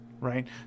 right